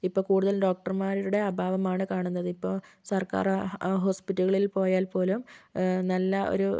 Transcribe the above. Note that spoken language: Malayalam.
ഇപ്പം കൂടുതൽ ഡോക്ടർമാരുടെ അഭാവമാണ് കാണുന്നത് ഇപ്പോൾ സർക്കാർ ഹാ ഹോസ്പിറ്റലുകളിൽ പോയാൽ പോലും നല്ല ഒരു